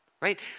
right